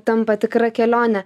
tampa tikra kelione